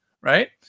right